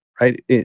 right